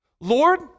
Lord